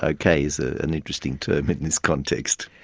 okay is an interesting term in this context.